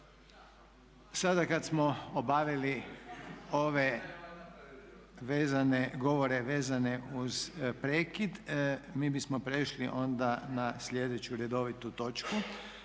Sada kad smo obavili ove govore vezane uz prekid mi bismo prešli onda na sljedeću redovitu točku